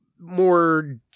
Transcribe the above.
more